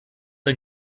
ein